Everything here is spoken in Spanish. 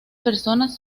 personas